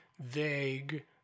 vague